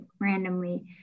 randomly